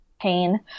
pain